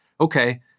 okay